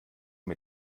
mit